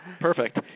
Perfect